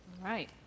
Right